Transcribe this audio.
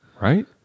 right